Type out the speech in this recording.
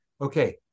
okay